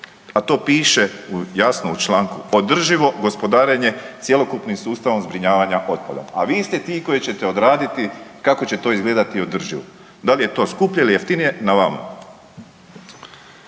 a to piše jasno u članku, održivo gospodarenje cjelokupnim sustavom zbrinjavanja otpada. A vi ste ti koji ćete odraditi kako će to izgledati održivo, da li je to skuplje ili jeftinije na vama.